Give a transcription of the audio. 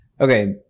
Okay